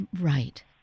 Right